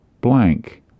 blank